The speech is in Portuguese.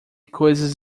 coisas